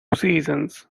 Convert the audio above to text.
seasons